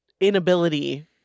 inability